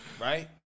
right